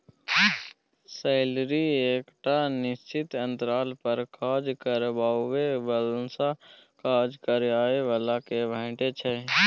salary एकटा निश्चित अंतराल पर काज करबाबै बलासँ काज करय बला केँ भेटै छै